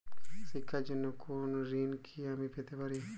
শিক্ষার জন্য কোনো ঋণ কি আমি পেতে পারি?